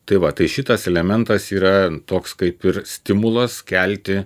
tai va tai šitas elementas yra toks kaip ir stimulas kelti